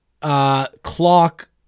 clock